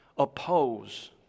oppose